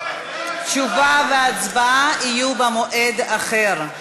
תשובה והצבעה יהיו במועד אחר.